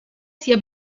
sia